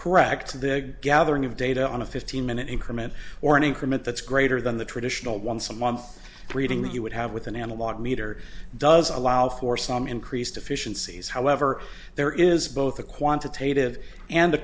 correct big gathering of data on a fifteen minute increment or an increment that's greater than the traditional one someone reading that you would have with an analog meter does allow for some increased efficiencies however there is both a quantitative and